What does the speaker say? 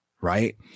right